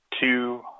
two